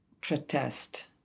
protest